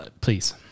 please